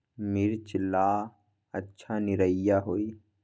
मिर्च ला अच्छा निरैया होई?